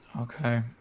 Okay